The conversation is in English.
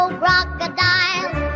crocodiles